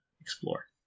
explore